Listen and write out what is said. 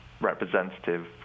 representative